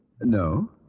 No